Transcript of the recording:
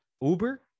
Uber